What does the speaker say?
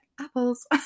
apples